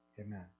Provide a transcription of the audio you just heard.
Amen